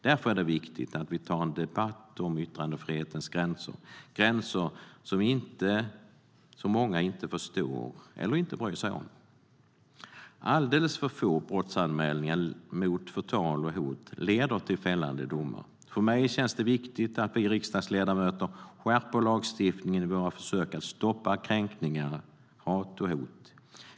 Därför är det viktigt att vi tar en debatt om yttrandefrihetens gränser, gränser som många inte förstår eller inte bryr sig om. Alldeles för få brottsanmälningar mot förtal och hot leder till fällande domar. För mig känns det viktigt att vi riksdagsledamöter skärper lagstiftningen i våra försök att stoppa kränkningar, hat och hot.